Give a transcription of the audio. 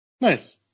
Nice